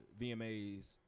VMAs